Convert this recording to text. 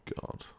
God